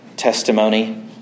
testimony